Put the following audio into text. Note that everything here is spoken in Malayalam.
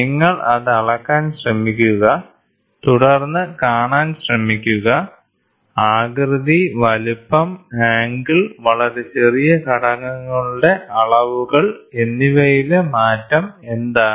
നിങ്ങൾ അത് അളക്കാൻ ശ്രമിക്കുക തുടർന്ന് കാണാൻ ശ്രമിക്കുക ആകൃതി വലുപ്പം ആംഗിൾ വളരെ ചെറിയ ഘടകങ്ങളുടെ അളവുകൾ എന്നിവയിലെ മാറ്റം എന്താണ്